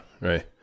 right